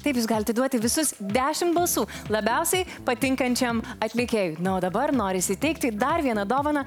taip jis galite duoti visus dešimt balsų labiausiai patinkančiam atlikėjui na o dabar norisi įteikti dar vieną dovaną